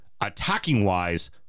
attacking-wise